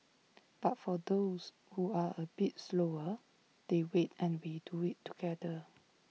but for those who are A bit slower they wait and we do IT together